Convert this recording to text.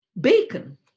Bacon